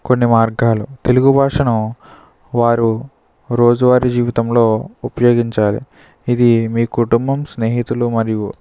కొన్ని మార్గాలు తెలుగు భాషను వారు రోజు వారీ జీవితంలో ఉపయోగించాలి ఇది మీ కుటుంబం స్నేహితులు మరియు